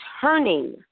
turning